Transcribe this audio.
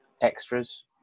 Extras